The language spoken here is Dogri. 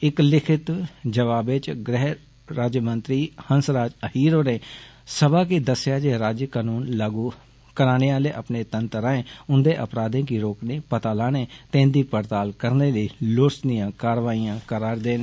इक लिखित जवाबै च गृह राज्यमंत्री हंस राज अहीर होरें सभा गी दस्सेआ जे राज्य कनेन लागू कराने आले अपने तंत्र राएं उन्दे अपराधें गी रोकने पता लाने ते उन्दी पड़ताल करने लेई लोड़चदियां करवाइयां करै दे न